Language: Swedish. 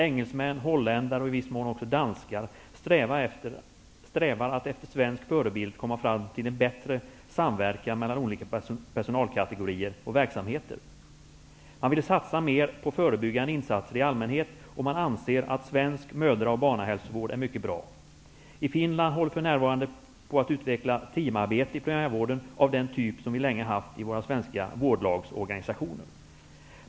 Engelsmän, holländare och i viss mån också danskarna strävar efter att, efter svensk förebild, komma fram till en bättre samverkan mellan olika personalkategorier och verksamheter. Man vill satsa mer på förebyggande insatser i allmänhet och man anser att svensk mödra och barnhälsovård är mycket bra. Finland håller för närvarande på att utveckla teamarbete i primärvården av den typ som vi länge haft i vår svenska vårdlagsorganisation.